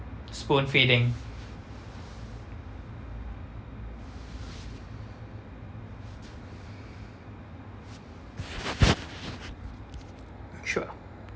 spoon feeding sure